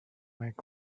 make